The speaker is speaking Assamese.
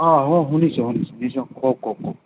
অঁ হ'ব শুনিছোঁ কওক কওক